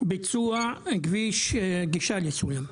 ביצוע כביש גישה לסולם.